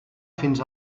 fins